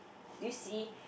do you see